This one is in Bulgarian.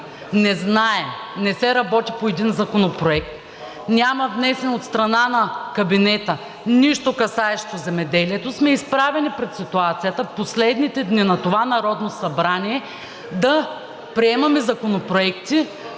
не знаем, не се работи по един законопроект, няма внесено от страна на кабинета нищо, касаещо земеделието, сме изправени пред ситуацията в последните дни на това Народно събрание да приемаме законопроекти,